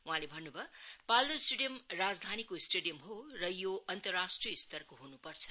वहाँले भन्नु भयो पाल्जोर स्टेडियम राजधानीको स्टेडियम हो र यो अन्तराष्ट्रिय स्तरको हुनुपर्छ